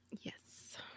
Yes